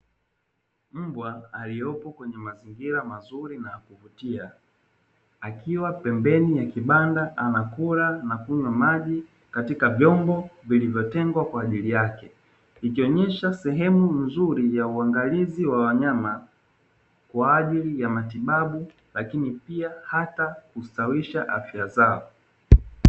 Mbwa aliyopo kwenye mazingira mazuri na ya kuvutia, akiwa pembeni ya kibanda anakula na kunywa maji katika vyombo vilivyotengwa kwa ajili yake. Ikionyesha sehemu nzuri ya uangalizi wa wanyama kwa ajili ya matibabu, lakini pia hata kustawisha afya zao.